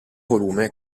volume